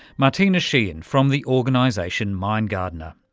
martina sheehan from the organisation mind gardener.